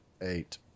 Eight